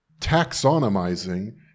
taxonomizing